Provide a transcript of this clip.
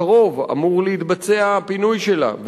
הקרוב אמור להתבצע הפינוי שלה,